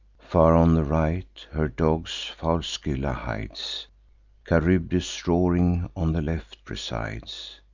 far on the right, her dogs foul scylla hides charybdis roaring on the left presides,